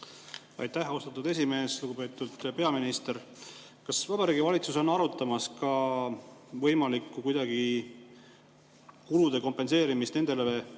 Aitäh, austatud esimees! Lugupeetud peaminister! Kas Vabariigi Valitsus on arutamas ka võimalikku kulude kompenseerimist nendele